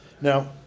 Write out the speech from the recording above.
Now